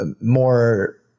more